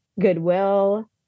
goodwill